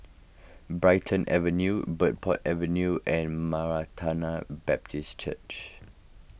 Brighton Avenue Bridport Avenue and Baptist Church